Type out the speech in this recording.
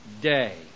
day